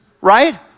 Right